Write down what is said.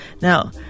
Now